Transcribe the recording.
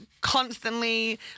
constantly